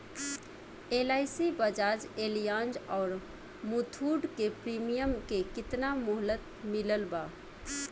LIC Bajaj Allianz आउर मुथूट के premium के केतना मुहलत मिलल बा?